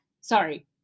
Sorry